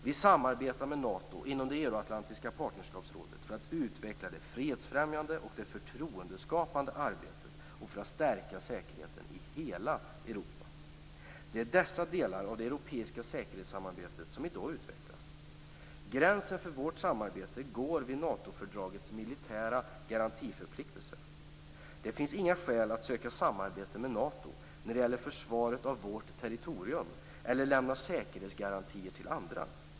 Vi samarbetar med Nato inom Euroatlantiska partnerskapsrådet för att utveckla det fredsfrämjande och det förtroendeskapande arbetet och för att stärka säkerheten i hela Europa. Det är dessa delar av det europeiska säkerhetssamarbetet som i dag utvecklas. Gränsen för vårt samarbetet går vid Natofördragets militära garantiförpliktelser. Det finns inga skäl att söka samarbete med Nato när det gäller försvaret av vårt territorium eller att lämna säkerhetsgarantier till andra.